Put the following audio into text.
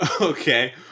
Okay